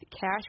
cash